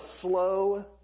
slow